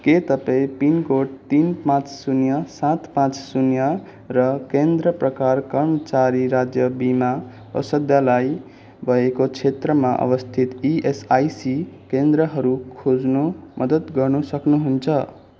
के तपाईँँ पिनकोड तिन पाँच शून्य सात पाँच शून्य र केन्द्र प्रकार कर्मचारी राज्य बिमा औषधालय भएको क्षेत्रमा अवस्थित इएसआइसी केन्द्रहरू खोज्नु मद्दत गर्न सक्नुहुन्छ